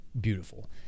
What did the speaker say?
beautiful